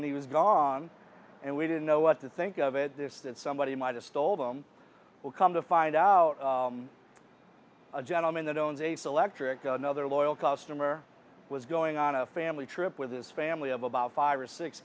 and he was gone and we didn't know what to think of it this that somebody might have stole them will come to find out a gentleman that owns a selectric another loyal customer was going on a family trip with his family of about five or six